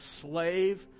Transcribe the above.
slave